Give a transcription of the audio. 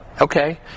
Okay